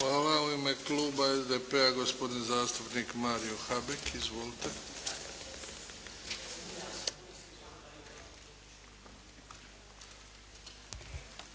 Hvala. U ime kluba SDP-a gospodin zastupnik Mario Habek. Izvolite.